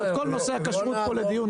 את כל נושא הכשרות לדיון,